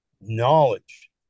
knowledge